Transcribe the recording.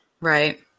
Right